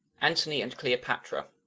antony and cleopatra